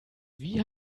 wie